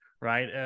right